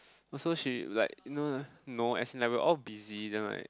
also she like you know no as in like we're all busy then like